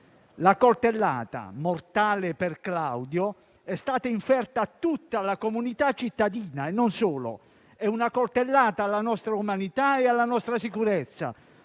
La coltellata - mortale, per Claudio - è stata inferta a tutta la comunità cittadina e non solo: è una coltellata alla nostra umanità e alla nostra sicurezza.